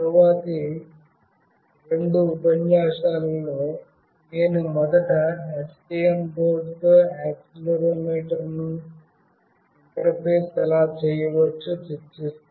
తరువాతి రెండు ఉపన్యాసాలలో నేను మొదట STM బోర్డ్తో యాక్సిలెరోమీటర్ను ఇంటర్ఫేస్ ఎలా చేయవచ్చో చర్చిస్తాను